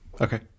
Okay